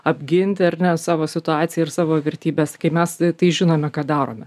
apginti ar ne savo situaciją ir savo vertybes kai mes tai žinome ką darome